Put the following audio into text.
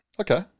Okay